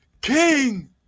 king